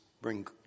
Bring